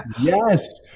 Yes